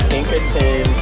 Pinkerton